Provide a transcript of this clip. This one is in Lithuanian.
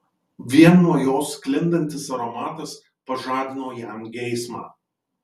vien nuo jos sklindantis aromatas pažadino jam geismą